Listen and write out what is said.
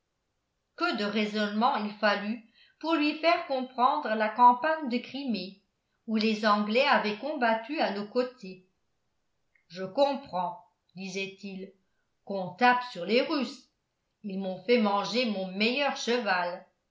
que de raisonnements il fallut pour lui faire comprendre la campagne de crimée où les anglais avaient combattu à nos côtés je comprends disait-il qu'on tape sur les russes ils m'ont fait manger mon meilleur cheval